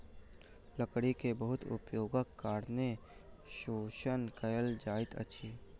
लकड़ी के बहुत उपयोगक कारणें शोषण कयल जाइत अछि